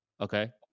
okay